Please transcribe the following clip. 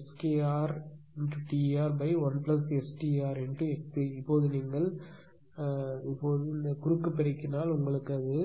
x3 இப்போது நீங்கள் இப்போது இந்த ஒரு குறுக்கு பெருக்கத்தால் பெருக்கும்போது